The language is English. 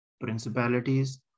principalities